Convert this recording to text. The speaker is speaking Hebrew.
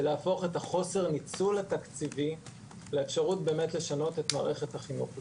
ולהפוך את החוסר ניצול התקציבי לאפשרות באמת לשנות את מערכת החינוך.